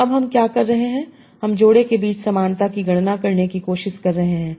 तो अब हम क्या कर रहे हैं हम जोड़े के बीच समानता की गणना करने की कोशिश कर रहे हैं